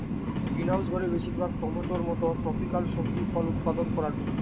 greenhouse ঘরে বেশিরভাগ টমেটোর মতো ট্রপিকাল সবজি ফল উৎপাদন করাঢু